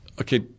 okay